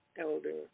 Elder